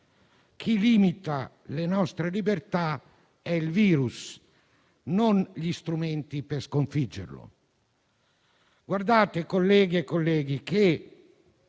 chi limita le nostre libertà è il virus, non gli strumenti per sconfiggerlo. Colleghe e colleghi,